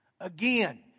Again